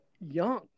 young